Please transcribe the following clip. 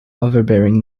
overbearing